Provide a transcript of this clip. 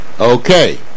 Okay